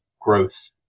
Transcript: growth